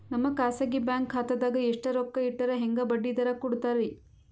ನಮ್ಮ ಖಾಸಗಿ ಬ್ಯಾಂಕ್ ಖಾತಾದಾಗ ಎಷ್ಟ ರೊಕ್ಕ ಇಟ್ಟರ ಹೆಂಗ ಬಡ್ಡಿ ದರ ಕೂಡತಾರಿ?